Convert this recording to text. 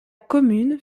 commune